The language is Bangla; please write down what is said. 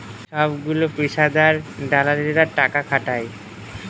সবগুলো পেশাদার দালালেরা টাকা খাটায়